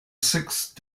sixth